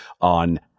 on